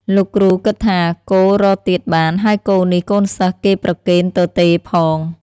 លោកគ្រូគិតថា គោរកទៀតបាន ហើយគោនេះកូនសិស្សគេប្រគេនទទេផង។